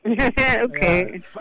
Okay